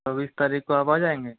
चौबीस तारीख को आप आ जाएंगे